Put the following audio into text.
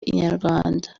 inyarwanda